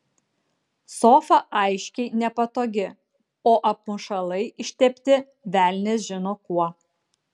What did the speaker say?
sofa aiškiai nepatogi o apmušalai ištepti velnias žino kuo